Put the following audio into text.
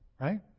Right